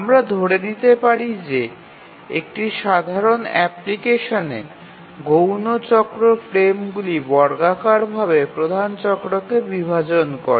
আমরা ধরে নিতে পারি যে একটি সাধারণ অ্যাপ্লিকেশনে গৌণ চক্র ফ্রেমগুলি বর্গাকার ভাবে প্রধান চক্রকে বিভাজন করে